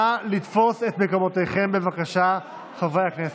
נא לתפוס את מקומותיכם, בבקשה, חברי הכנסת.